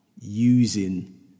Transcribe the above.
using